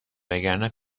وگرنه